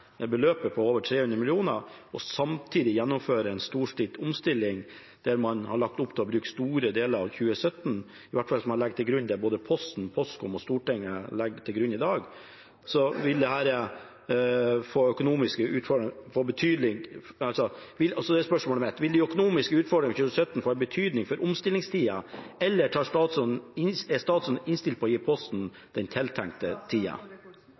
beløpet på over 300 mill. kr og samtidig gjennomføre en storstilt omstilling der man har lagt opp til å bruke store deler av 2017, i hvert fall hvis man legger til grunn det både Posten, Postkom og Stortinget legger til grunn i dag. Spørsmålet mitt er: Vil de økonomiske utfordringene i 2017 få betydning for omstillingstida, eller er statsråden innstilt på å gi Posten den tiltenkte tida?